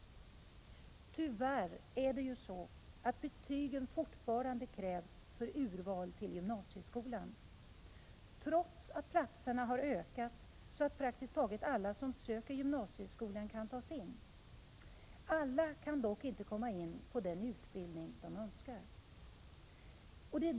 Tyvärr behövs betygen fortfarande för urval till gymnasieskolan, trots att antalet platser har ökat så att praktiskt taget alla som söker till gymnasieskolan kan tas in. Alla kan dock inte komma in på den utbildning de önskar.